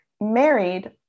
married